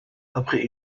après